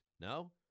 No